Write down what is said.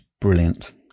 brilliant